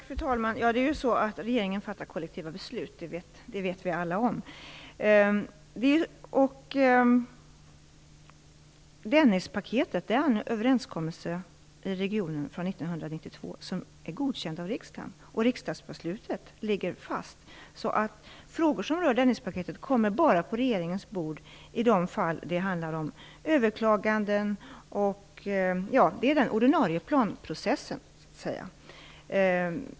Fru talman! Regeringen fattar kollektiva beslut. Det vet vi alla om. Dennispaketet är en överenskommelse i regionen från 1992 som är godkänd av riksdagen, och riksdagsbeslutet ligger fast. Frågor som rör Dennispaketet kommer bara på regeringens bord i de fall det handlar om överklaganden. Det är den ordinarie planprocessen.